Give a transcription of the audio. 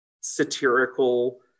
satirical